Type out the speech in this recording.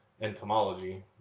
Entomology